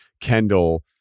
Kendall